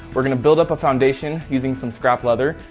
we're going to build up a foundation using some scrap leather,